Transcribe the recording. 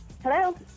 Hello